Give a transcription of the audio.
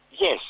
Yes